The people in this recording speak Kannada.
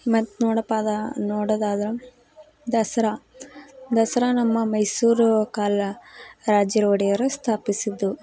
ಮತ್ತು ನೋಡಪ್ಪಾದ ನೋಡೋದಾದ್ರೆ ದಸ್ರಾ ದಸರಾ ನಮ್ಮ ಮೈಸೂರು ಕಾಲ ರಾಜರು ಒಡೆಯರು ಸ್ಥಾಪಿಸಿದ್ದು